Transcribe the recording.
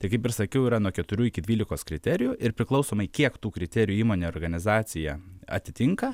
tai kaip ir sakiau yra nuo keturių iki dvylikos kriterijų ir priklausomai kiek tų kriterijų įmonė ar organizacija atitinka